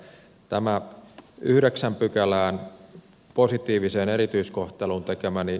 tämä on yhdeksän pykälään positiivisen erityiskohtelun tekemäni